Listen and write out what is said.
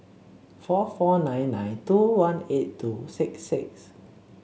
four four nine nine two one eight two six six